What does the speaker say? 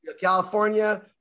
California